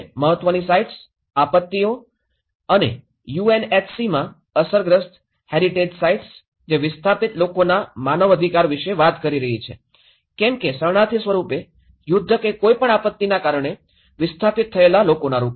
મહત્વની સાઇટ્સ આપત્તિઓ અને યુએનએચસી માં અસરગ્રસ્ત હેરિટેજ સાઇટ્સ જે વિસ્થાપિત લોકોના માનવાધિકાર વિશે વાત કરી રહી છે કે કેમ કે શરણાર્થી સ્વરૂપે યુદ્ધ કે કોઈ પણ આપત્તિના કારણે વિસ્થાપિત થયેલા લોકોના રૂપમાં